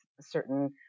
certain